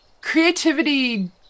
creativity